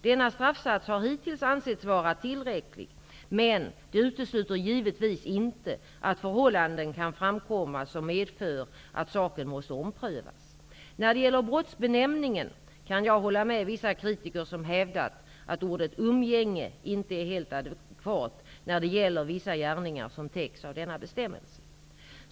Denna straffsats har hittills ansetts vara tillräcklig, men det utesluter givetvis inte att förhållanden kan framkomma som medför att saken måste omprövas. När det gäller brottsbenämningen kan jag hålla med vissa kritiker som hävdat att ordet umgänge inte är helt adekvat, när det gäller vissa gärningar som täcks av denna bestämmelse.